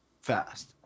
fast